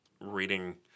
reading